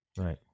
Right